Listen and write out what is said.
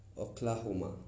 oklahoma